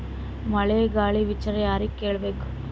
ಮಳೆ ಗಾಳಿ ವಿಚಾರ ಯಾರಿಗೆ ಕೇಳ್ ಬೇಕು?